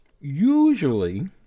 Usually